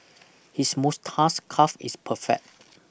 his moustache calf is perfect